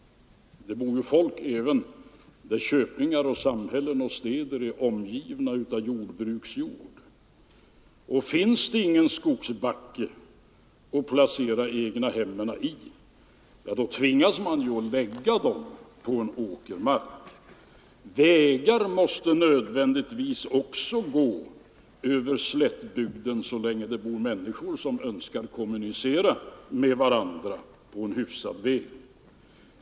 Nu bor det människor även på slätt — debatt bygden i köpingar, samhällen och städer som är omgivna av jordbruksjord. Om det inte finns någon skogsbacke att placera egna hemmen i tvingas man lägga dem på åkermark. Vägar måste också nödvändigtvis gå över slättbygd så länge det bor människor där som önskar kommunicera med varandra och har behov av hyfsade vägar.